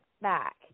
back